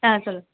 ஆ சொல்லுங்கள்